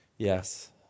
Yes